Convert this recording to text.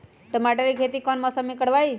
टमाटर की खेती कौन मौसम में करवाई?